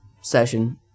session